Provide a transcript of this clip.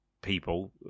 people